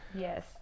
Yes